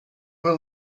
will